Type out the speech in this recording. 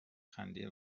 خنده